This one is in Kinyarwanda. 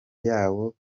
yawo